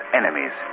enemies